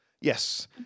Yes